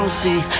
see